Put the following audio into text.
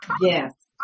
Yes